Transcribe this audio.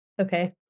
Okay